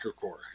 core